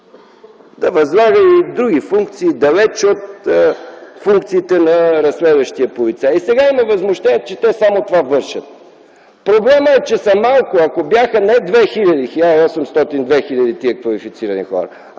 да възлага и други функции, далече от функциите на разследващия полицай. И сега има възмущение, че те само това вършат. Проблемът е, че са малко. Ако тези квалифицирани хора